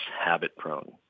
habit-prone